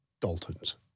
Daltons